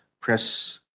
Press